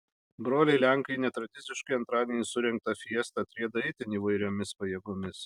broliai lenkai į netradiciškai antradienį surengtą fiestą atrieda itin įvairiomis pajėgomis